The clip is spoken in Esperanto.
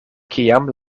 kiam